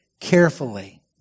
carefully